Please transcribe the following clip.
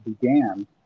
began